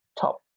top